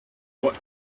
what